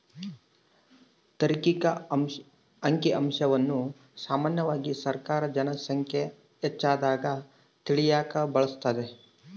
ತಾರ್ಕಿಕ ಅಂಕಿಅಂಶವನ್ನ ಸಾಮಾನ್ಯವಾಗಿ ಸರ್ಕಾರ ಜನ ಸಂಖ್ಯೆ ಹೆಚ್ಚಾಗದ್ನ ತಿಳಿಯಕ ಬಳಸ್ತದೆ